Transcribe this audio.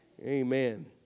Amen